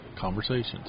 conversations